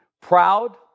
proud